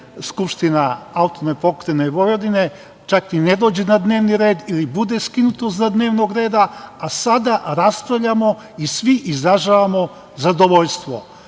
Skupština AP Vojvodine, čak ni ne dođe na dnevni red ili bude skinuto sa dnevnog reda, a sada raspravljamo i svi izražavamo zadovoljstvo.